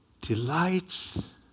delights